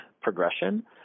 progression